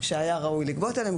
שהיה ראוי לגבות עליהם.